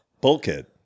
Bulkhead